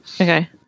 Okay